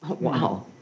Wow